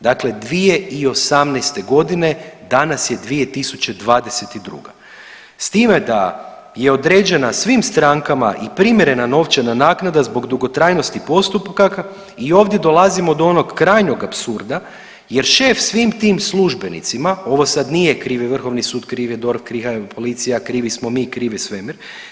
Dakle, 2018. godine, danas je 2022. s time da je određena svim strankama i primjerena novčana naknada zbog dugotrajnosti postupaka i ovdje dolazimo do onog krajnjeg apsurda jer šef svim tim službenicima, ovo sad nije kriv je Vrhovni sud, kriv je DORH, kriva je policija, krivi smo mi, kriv je svemir.